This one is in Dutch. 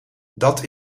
dat